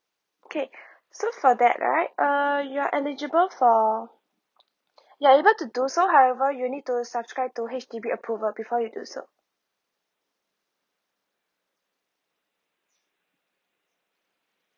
okay so for that right uh you are eligible for you're able to do so however you'll need to subscribe to H_D_B approval before you do so